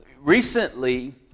Recently